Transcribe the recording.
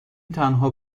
تنها